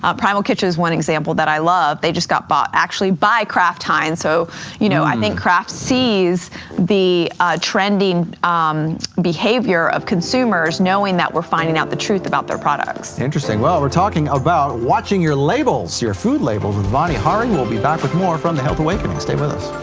ah primal kitchen is one example that i love. they just got bought actually by kraft heinz, so you know i think kraft sees the trending behavior of consumers knowing that we're finding out the truth about their products. interesting, well we're talking about watching your labels, your food labels, with vani hari, and we'll be back with more from the health awakening. stay with us.